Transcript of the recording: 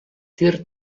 tir